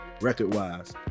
record-wise